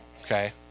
Okay